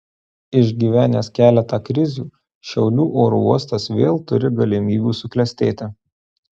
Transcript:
išgyvenęs keletą krizių šiaulių oro uostas vėl turi galimybių suklestėti